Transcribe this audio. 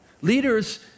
Leaders